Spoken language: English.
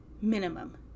minimum